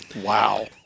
Wow